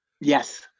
Yes